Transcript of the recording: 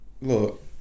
Look